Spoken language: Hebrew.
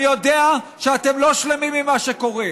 אני יודע שאתם לא שלמים עם מה שקורה.